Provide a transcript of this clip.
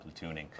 platooning